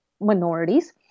minorities